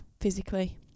physically